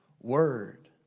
word